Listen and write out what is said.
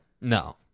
No